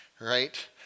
right